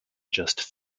just